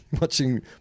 watching